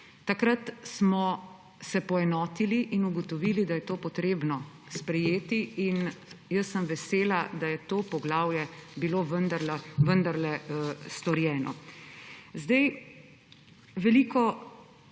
Takrat smo se poenotili in ugotovili, da je to treba sprejeti; in jaz sem vesela, da je to poglavje bilo vendarle storjeno. Opozicijski